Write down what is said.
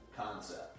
concept